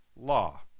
law